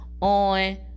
on